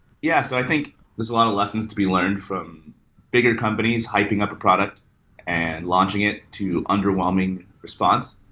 yeah so i think there're a lot of lessons to be learned from bigger companies hyping up a product and launching it to underwhelming response.